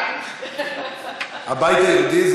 הבית היהודי,